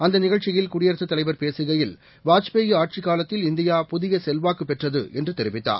அந்த நிகழ்ச்சியில் குடியரசு தலைவர் பேசுகையில் வாஜ்பாய் ஆட்சிக் காலத்தில் இந்தியா புதிய செல்வாக்கு பெற்றது என்று தெரிவித்தார்